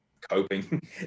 coping